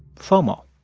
fomo,